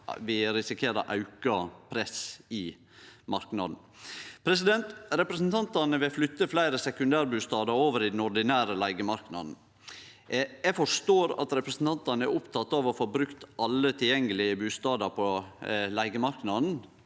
risikerer auka press i marknaden. Representantane vil flytte fleire sekundærbustader over i den ordinære leigemarknaden. Eg forstår at representantane er opptekne av å få brukt alle tilgjengelege bustader på leigemarknaden.